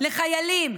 לחיילים?